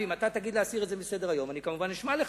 ואם אתה תגיד להסיר את זה מסדר-היום אני כמובן אשמע לך.